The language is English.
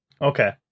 Okay